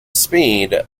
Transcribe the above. speed